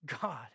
God